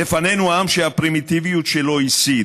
"לפנינו עם שהפרימיטיביות שלו היא שיא.